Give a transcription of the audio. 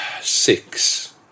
six